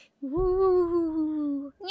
Woo